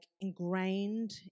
ingrained